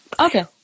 okay